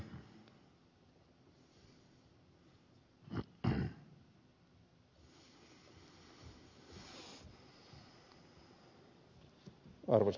arvoisa puhemies